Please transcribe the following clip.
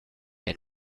and